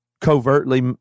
covertly